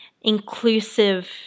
inclusive